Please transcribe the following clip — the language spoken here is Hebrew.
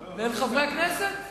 ואל חברי הכנסת.